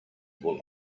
will